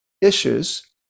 issues